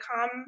come